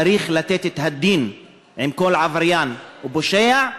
צריך לעמוד על הדין עם כל עבריין ופושע,